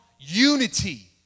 unity